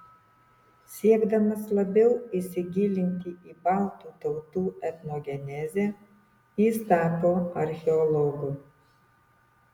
siekdamas labiau įsigilinti į baltų tautų etnogenezę jis tapo archeologu